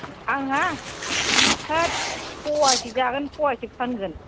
आंहा थोथ प'वासे जागोन प'वासे फानगोन